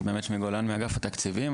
באמת שמי גולן מאגף התקציבים.